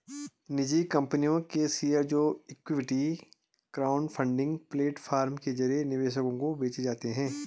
निजी कंपनियों के शेयर जो इक्विटी क्राउडफंडिंग प्लेटफॉर्म के जरिए निवेशकों को बेचे जाते हैं